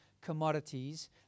commodities